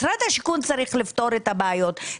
משרד השיכון צריך לפתור את הבעיות,